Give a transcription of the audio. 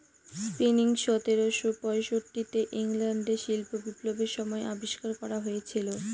spinning সতেরোশো পয়ষট্টি তে ইংল্যান্ডে শিল্প বিপ্লবের সময় আবিষ্কার করা হয়েছিল